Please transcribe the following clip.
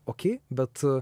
okei bet